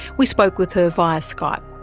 we spoke with her via skype.